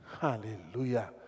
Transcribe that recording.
Hallelujah